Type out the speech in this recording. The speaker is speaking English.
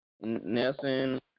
Nelson